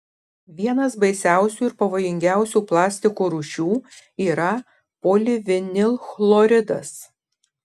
vienas baisiausių ir pavojingiausių plastiko rūšių yra polivinilchloridas